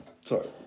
Sorry